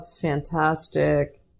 fantastic